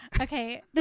Okay